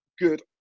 good